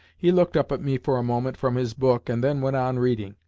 he looked up at me for a moment from his book, and then went on reading.